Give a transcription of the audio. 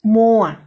mold ah